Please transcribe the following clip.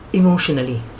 emotionally